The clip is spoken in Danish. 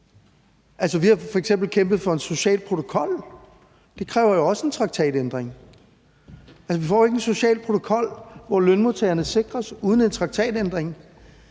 vi har f.eks. kæmpet for en social protokol, og det kræver jo også en traktatændring. Vi får ikke en social protokol, hvor lønmodtagerne sikres, uden en traktatændring.